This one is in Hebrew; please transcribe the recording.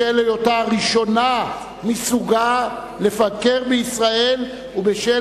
בשל היותה הראשונה מסוגה המבקרת בישראל ובשל